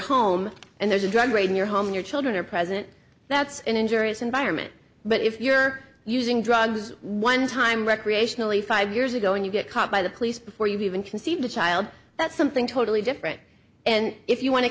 home and there's a drug raid in your home your children are present that's an injurious environment but if you're using drugs one time recreationally five years ago and you get caught by the police before you've even conceived a child that's something totally different and if you want to